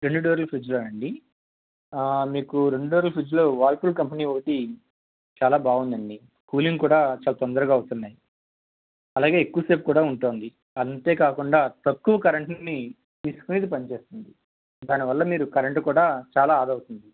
రెండు డోర్ల ఫ్రిజ్లోనా అండి మీకు రెండు డోర్ల ఫ్రిజ్లో వర్ల్ఫుల్ కంపెనీ ఒకటి చాలా బాగుందండి కూలింగ్ కూడా చాలా తొందరగా అవుతున్నాయి అలాగే ఎక్కువ సేపు కూడా ఉంటోంది అంతే కాకుండా తక్కువ కరెంట్ని తీసుకుని ఇది పని చేస్తుంది దాని వల్ల మీరు కరెంటు కూడా చాలా ఆదా అవుతుంది